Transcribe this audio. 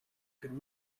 could